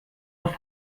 auf